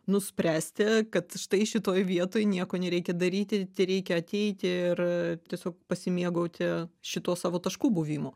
nuspręsti kad štai šitoj vietoj nieko nereikia daryti tereikia ateiti ir tiesiog pasimėgauti šituo savo taškų buvimu